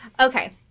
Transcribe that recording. Okay